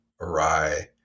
awry